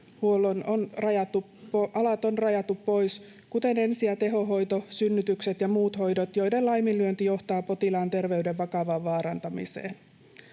alat on rajattu pois, kuten ensi- ja tehohoito, synnytykset ja muut hoidot, joiden laiminlyönti johtaa potilaan terveyden vakavaan vaarantumiseen.